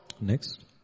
Next